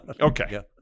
okay